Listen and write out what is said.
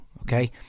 okay